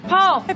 Paul